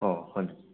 ꯑꯣ ꯍꯣꯏ ꯃꯤꯁ